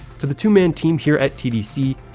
for the two-man team here at tdc,